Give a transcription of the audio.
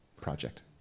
project